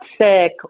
sick